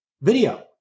video